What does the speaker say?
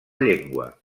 llengua